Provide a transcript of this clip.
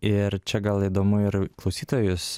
ir čia gal įdomu ir klausytojus